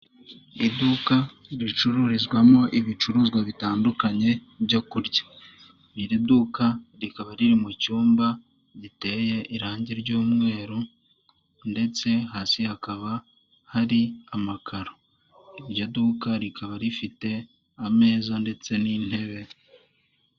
Iduka ricururizwamo ibicuruzwa bitandukanye byo kurya. Iri duka rikaba riri mu cyumba giteye irangi ry'umweru, ndetse hasi hakaba hari amakararo. Iryo duka rikaba rifite ameza ndetse n'intebe.